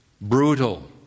brutal